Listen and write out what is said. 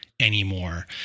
Anymore